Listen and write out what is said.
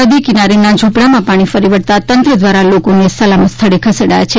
નદી કિનારેના ઝ્રપડાંમાં પાણી ફરી વળતા તંત્ર દ્વારા લોકોને સલામત સ્થળે ખસેડાયા છે